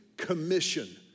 Commission